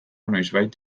noizbait